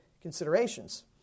considerations